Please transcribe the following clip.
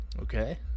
Okay